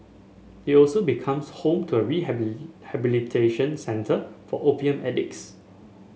it also becomes home to a centre for opium addicts